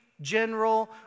general